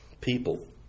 People